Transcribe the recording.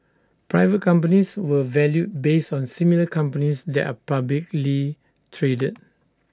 private companies were valued based on similar companies that are publicly traded